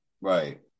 Right